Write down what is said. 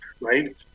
right